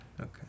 Okay